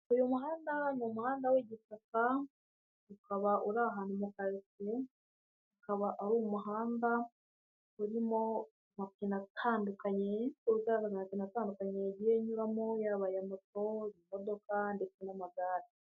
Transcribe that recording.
Uyu muhanda ni umuhanda w'igitaka, ukaba uri ahantu mu ikaritsiye, ukaba ari umuhanda urimo amapine atandukanye yagiye anyuramo yaba aya moto, imodoka ndetse n'amagare